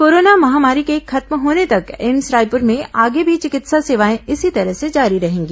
corona महामारी के खत्म होने तक एम्स रायपुर में आगे भी चिकित्सा सेवाएं इसी तरह से जारी रहेंगी